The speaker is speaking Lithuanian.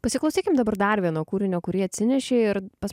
pasiklausykim dabar dar vieno kūrinio kurį atsinešei ir pas